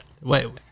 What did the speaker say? Wait